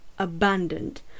abandoned